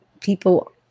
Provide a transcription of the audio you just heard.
people